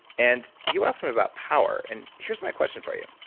and you asked them about power. and here's my question for you.